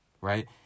right